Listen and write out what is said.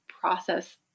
process